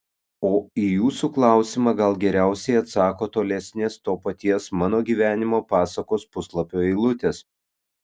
o į jūsų klausimą gal geriausiai atsako tolesnės to paties mano gyvenimo pasakos puslapio eilutės